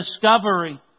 discovery